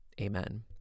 Amen